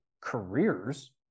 careers